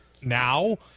now